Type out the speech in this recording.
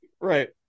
Right